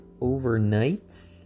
overnight